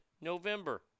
November